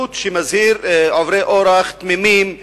שמזהיר עוברי אורח תמימים וקטינים,